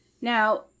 Now